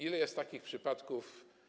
Ile jest takich przypadków?